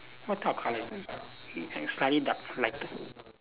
what type of colour slightly dark lighter